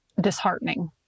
disheartening